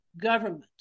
government